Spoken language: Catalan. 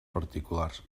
particulars